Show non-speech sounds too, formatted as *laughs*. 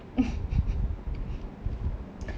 *laughs*